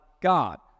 God